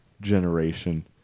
generation